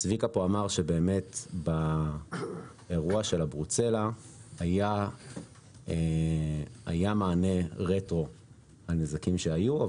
צביקה אמר פה שבאירוע של הברוצלה היה מענה רטרואקטיבי על נזקים שהיו,